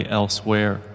elsewhere